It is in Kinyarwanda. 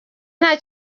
nta